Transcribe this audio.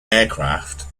aircraft